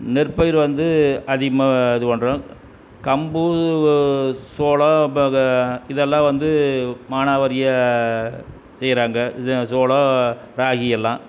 நெற்பயிர் வந்து அதிகமாக இது பண்ணுறோம் கம்பு சோளம் ப க இதெல்லாம் வந்து மானாவரியாக செய்கிறாங்க இது சோளம் ராகி எல்லாம்